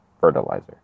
fertilizer